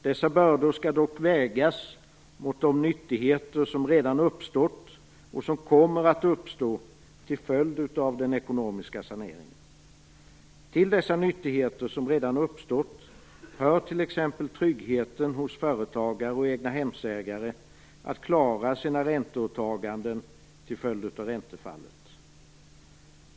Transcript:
Dessa bördor skall dock vägas mot de nyttigheter som redan uppstått och som kommer att uppstå till följd av den ekonomiska saneringen. Till de nyttigheter som redan uppstått hör t.ex. tryggheten hos företagare och egnahemsägare i och med att de klarar sina ränteåtaganden till följd av räntefallet.